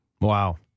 Wow